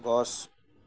গছ